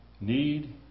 Need